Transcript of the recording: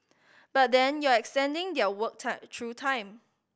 but then you're extending their work time through time